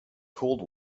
cold